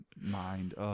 mind